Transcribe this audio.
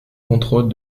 contrôle